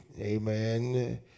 amen